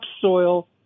topsoil